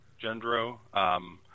Gendro